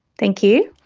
thank you.